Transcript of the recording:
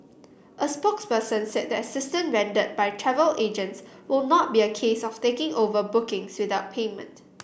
a spokesperson said the assistance rendered by travel agents who not be a case of taking over bookings without payment